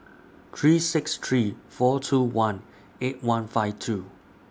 three six three four two one eight one five two